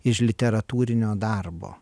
iš literatūrinio darbo